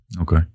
Okay